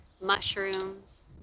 mushrooms